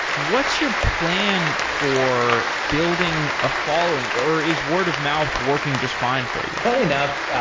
what's your plan for building a following, or is word of mouth working just fine for you? funny enough,